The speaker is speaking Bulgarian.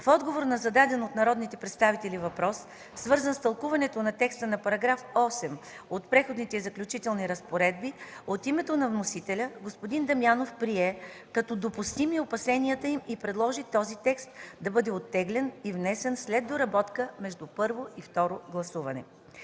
В отговор на зададен от народните представители въпрос, свързан с тълкуването на текста на § 8 от Преходните и заключителни разпоредби, от името на вносителя господин Дамянов прие като допустими опасенията им и предложи този текст да бъде оттеглен и внесен след доработка между първо и второ гласуване.